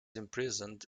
imprisoned